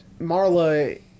Marla